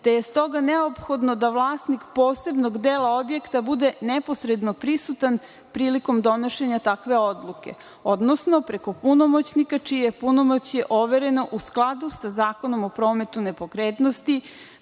te je stoga neophodno da vlasnik posebnog dela objekta bude neposredno prisutan prilikom donošenja takve odluke, odnosno preko punomoćnika čije je punomoćje overeno u skladu sa Zakonom o prometu nepokretnosti,